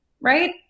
right